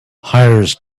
hires